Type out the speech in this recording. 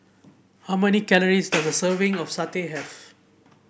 how many calories does a serving of satay have